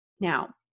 Now